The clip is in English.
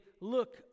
look